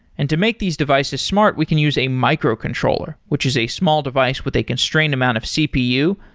and to make these devices smart, we can use a micro-controller, which is a small device with a constraint amount of cpu,